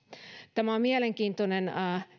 tämä on mielenkiintoinen